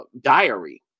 diary